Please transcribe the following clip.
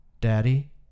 daddy